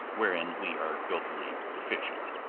wherein we are dolefully deficient,